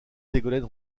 ségolène